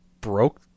broke